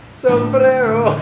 sombrero